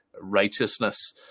righteousness